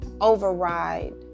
override